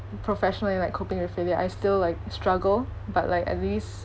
professional with like coping with failure I still like struggle but like at least